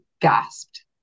gasped